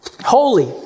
holy